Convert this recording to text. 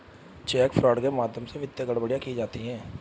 check fraud के माध्यम से वित्तीय गड़बड़ियां की जाती हैं